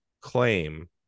claim